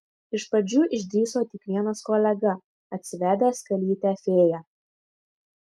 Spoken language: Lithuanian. iš pradžių išdrįso tik vienas kolega atsivedęs kalytę fėją